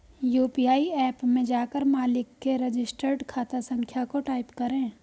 UPI app में जाकर मालिक के रजिस्टर्ड खाता संख्या को टाईप करें